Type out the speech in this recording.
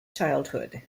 childhood